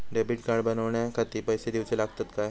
Debit card बनवण्याखाती पैसे दिऊचे लागतात काय?